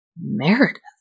Meredith